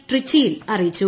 ട്രിച്ചിയിൽ അറിയിച്ചു